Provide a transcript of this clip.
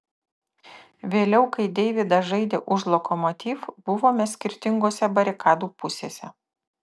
vėliau kai deividas žaidė už lokomotiv buvome skirtingose barikadų pusėse